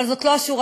אבל זאת לא השורה